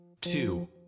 two